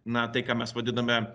na tai ką mes vadiname